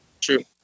True